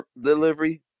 delivery